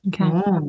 Okay